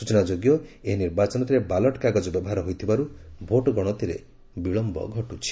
ସ୍କଚନା ଯୋଗ୍ୟ ଯେ ଏହି ନିର୍ବାଚନରେ ବାଲଟ କାଗଜ ବ୍ୟବହାର ହୋଇଥିବାରୁ ଭୋଟ ଗଣତିରେ ବିଳମ୍ବ ଘଟୁଛି